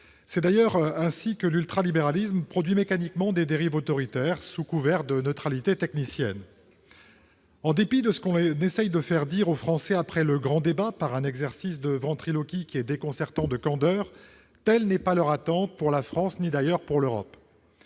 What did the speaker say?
C'est d'ailleurs ainsi que l'ultralibéralisme produit mécaniquement des dérives autoritaires, sous couvert de neutralité technicienne. En dépit de ce qu'on essaie de faire dire aux Français après le grand débat par un exercice de ventriloquie déconcertant de candeur, ce n'est pas ce qu'ils attendent pour la France ni d'ailleurs pour l'Europe.